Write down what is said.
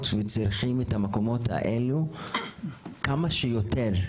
וצריכים את המקומות האלו כמה שיותר.